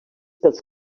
pels